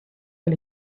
del